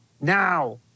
now